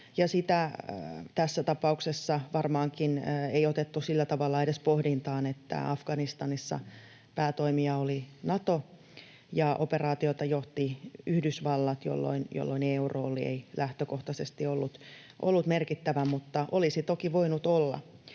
sitä tässä tapauksessa varmaankin ei otettu sillä tavalla edes pohdintaan. Afganistanissa päätoimija oli Nato ja operaatiota johti Yhdysvallat, jolloin EU:n rooli ei lähtökohtaisesti ollut merkittävä, mutta olisi toki voinut olla.